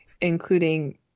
including